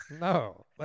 No